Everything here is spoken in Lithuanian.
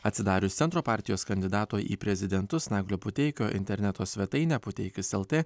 atsidarius centro partijos kandidato į prezidentus naglio puteikio interneto svetainę puteikis lt